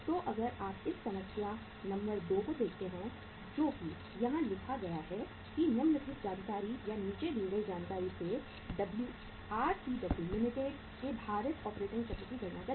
तो अगर आप इस समस्या समस्या नंबर 2 को देखते हैं जो कि यहां लिखा गया है कि निम्नलिखित जानकारी या नीचे दी गई जानकारी से RCW लिमिटेड के भारित ऑपरेटिंग चक्र की गणना करें